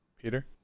Peter